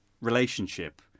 relationship